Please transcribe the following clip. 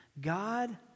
God